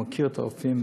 הוא מכיר את הרופאים,